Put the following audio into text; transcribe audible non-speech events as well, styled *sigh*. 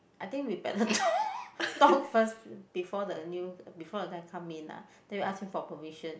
I think we better *laughs* talk talk first before the new before the guy come in lah then we ask him for permission